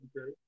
Okay